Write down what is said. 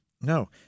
no